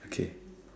okay